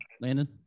Landon